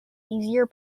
easier